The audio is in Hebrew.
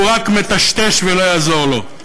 הוא רק מטשטש, ולא יעזור לו.